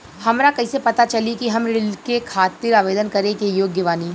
हमरा कइसे पता चली कि हम ऋण के खातिर आवेदन करे के योग्य बानी?